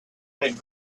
had